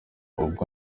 uko